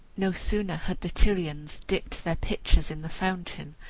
no sooner had the tyrians dipped their pitchers in the fountain,